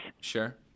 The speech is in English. Sure